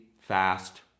fast